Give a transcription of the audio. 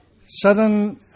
Southern